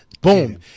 Boom